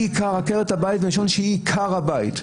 היא עקרת הבית כי היא עיקר הבית,